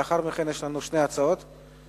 לאחר מכן יש לנו שתי הצעות ונצביע.